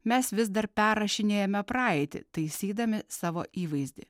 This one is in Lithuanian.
mes vis dar perrašinėjame praeitį taisydami savo įvaizdį